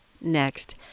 Next